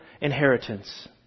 inheritance